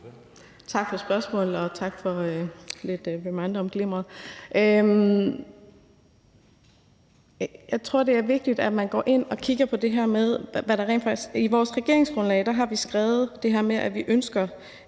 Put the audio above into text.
Tak for spørgsmålet, og tak for en reminder om glimmeret. Jeg tror, det er vigtigt, at man går ind og kigger på det her. I vores regeringsgrundlag har vi skrevet det her med, at vi ønsker